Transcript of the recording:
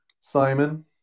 Simon